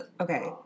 okay